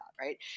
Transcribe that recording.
right